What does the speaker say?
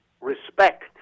respect